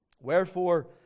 Wherefore